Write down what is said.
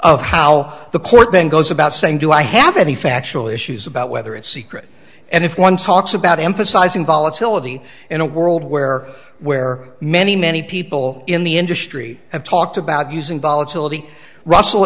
of how the court then goes about saying do i have any factual issues about whether it's secret and if one talks about emphasizing volatility in a world where where many many people in the industry have talked about using volatility russell